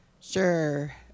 Sure